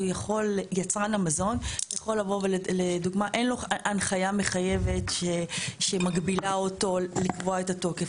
ליצרן המזון אין לו הנחיה מחייבת שמגבילה אותו לקבוע את התוקף.